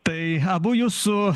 tai abu jus su